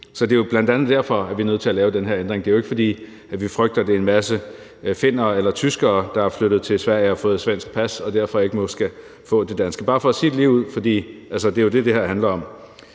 Så det er jo bl.a. derfor, at vi er nødt til at lave den her ændring. Det er jo ikke, fordi det er en masse finner eller tyskere, der er flyttet til Sverige, har fået svensk pas, og så ikke må få det danske. Det er ikke det, vi frygter. Det er bare for at sige det ligeud, for det er jo det, det her handler om.